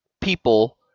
people